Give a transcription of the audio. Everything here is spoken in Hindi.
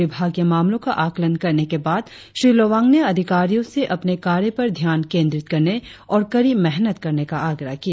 विभागीय मामलों का आकलन करने के बाद श्री लोवांग ने अधिकारियों से अपने कार्य पर ध्यान केंद्रीत और कड़ी मेहनत करने का आग्रह किया